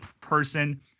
person